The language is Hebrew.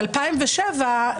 ב-2007,